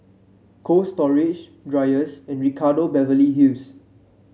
Cold Storage Dreyers and Ricardo Beverly Hills